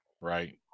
right